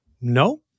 no